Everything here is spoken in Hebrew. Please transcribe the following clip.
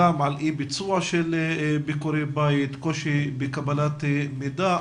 אי ביצוע ביקורי בית, קושי בקבלת מידע,